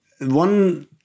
One